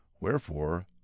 wherefore